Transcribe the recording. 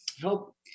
help